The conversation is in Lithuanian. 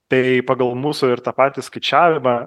tai pagal mūsų ir tą patį skaičiavimą